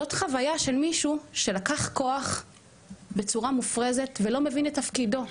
זאת חוויה של מישהו שלקח כוח בצורה מופרזת ולא מבין את תפקידו.